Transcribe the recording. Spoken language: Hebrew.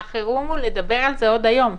החירום הוא לדבר על זה עוד היום.